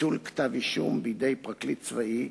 (ביטול כתב אישום בידי פרקליט צבאי),